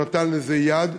שנתן לזה יד.